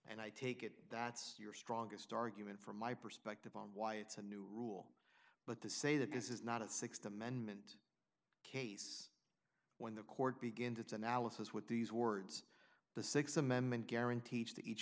and i take it that's your strongest argument from my perspective on why it's a new rule but the say that this is not a th amendment case when the court begins its analysis with these words the th amendment guarantees to each